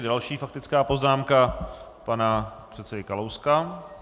Další faktická poznámka pana předsedy Kalouska.